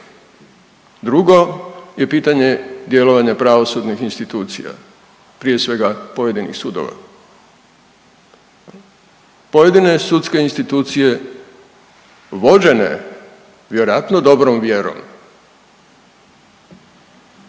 Drugo je pitanje djelovanja pravosudnih institucija, prije svega pojedinih sudova. Pojedine sudske institucije vođene vjerojatno dobrom vjerom